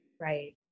Right